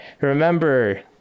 remember